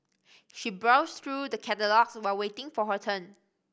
she browsed through the catalogues while waiting for her turn